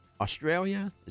Australia